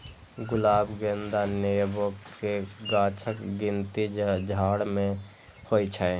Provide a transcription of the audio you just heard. गुलाब, गेंदा, नेबो के गाछक गिनती झाड़ मे होइ छै